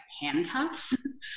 handcuffs